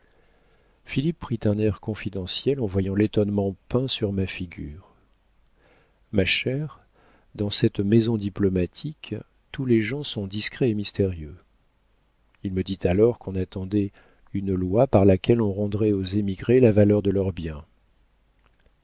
prit un air confidentiel en voyant l'étonnement peint sur ma figure ma chère dans cette maison diplomatique tous les gens sont discrets et mystérieux il me dit alors qu'on attendait une loi par laquelle on rendrait aux émigrés la valeur de leurs biens